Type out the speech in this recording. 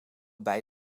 bij